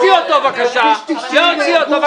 שיענו על